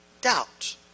Doubt